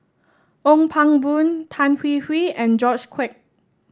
Ong Pang Boon Tan Hwee Hwee and George Quek